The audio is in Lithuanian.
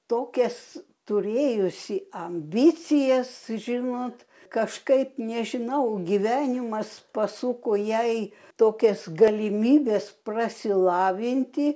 tokias turėjusi ambicijas žinot kažkaip nežinau gyvenimas pasuko jai tokias galimybes prasilavinti